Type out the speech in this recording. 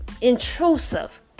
intrusive